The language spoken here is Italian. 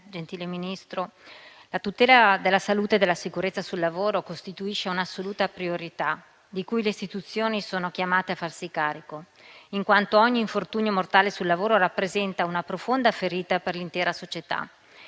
la tutela della salute e della sicurezza sul lavoro costituisce un'assoluta priorità di cui le istituzioni sono chiamate a farsi carico, in quanto ogni infortunio mortale sul lavoro rappresenta una profonda ferita per l'intera società;